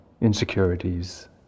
insecurities